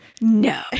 No